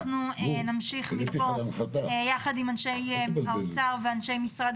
נמשיך מפה יחד עם אנשי האוצר ואנשי משרד